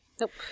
Nope